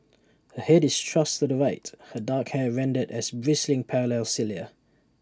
her Head is thrust to the right her dark hair rendered as bristling parallel cilia